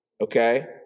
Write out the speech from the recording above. Okay